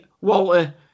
Walter